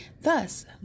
thus